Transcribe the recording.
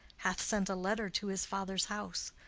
hath sent a letter to his father's house.